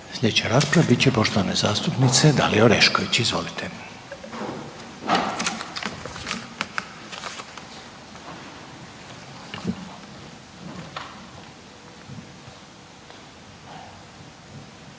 Slijedeća rasprava bit će poštovane zastupnice Dalije Orešković. Izvolite.